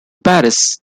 paris